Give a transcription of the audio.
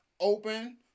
open